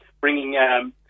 bringing